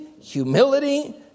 humility